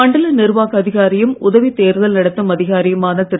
மண்டல நிர்வாக அதிகாரியும் உதவி தேர்தல் நடத்தும் அதிகாரியுமான திரு